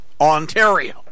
Ontario